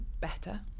better